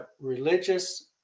religious